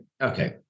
okay